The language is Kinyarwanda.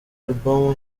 album